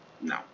no